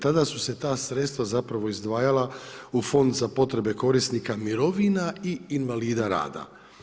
Tada su se ta sredstva zapravo izdvajala u Fond za potrebe korisnika mirovina i invalida rada.